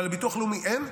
אבל לביטוח לאומי אין.